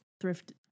thrift